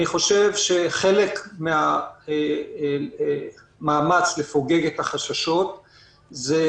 אני חושב שחלק מהמאמץ לפוגג את החששות זה